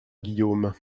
guillaume